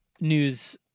news